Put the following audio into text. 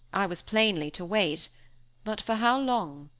i was plainly to wait but for how long?